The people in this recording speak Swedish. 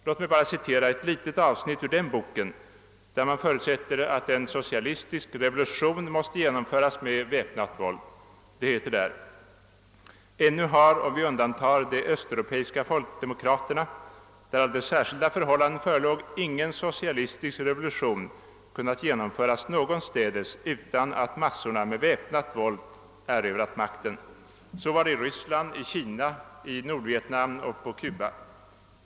Låt mig här bara citera ett litet avsnitt ur den boken, där man förutsätter att en socialistisk revolution måste genomföras med väpnat våld. Där står: »Ännu har, om vi undantar de östeuropeiska folkdemokraterna, där alldeles särskilda förhållanden förelåg, ingen socialistisk revolution kunnat genomföras någonstädes utan att massorna med väpnat våld erövrat makten. Så var det i Ryssland, i Kina, i Nordvietnam och på Kuba.